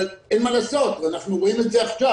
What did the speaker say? אבל אין מה לעשות, אנחנו רואים את זה עכשיו.